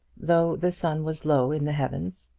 though the sun was low in the heavens.